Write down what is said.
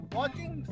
watching